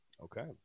Okay